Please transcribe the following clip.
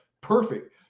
perfect